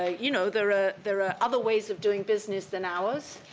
ah you know, there ah there are other ways of doing business than ours,